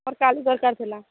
ମୋର କାଲି ଦରକାର୍ ଥିଲା